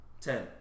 Ten